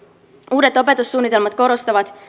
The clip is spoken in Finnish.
uudet opetussuunnitelmat korostavat